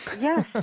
Yes